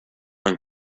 and